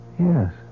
Yes